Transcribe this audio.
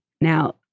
Now